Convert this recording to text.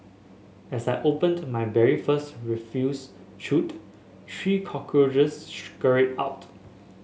as I opened my very first refuse chute three cockroaches scurried out